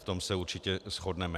V tom se určitě shodneme.